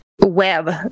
web